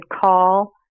call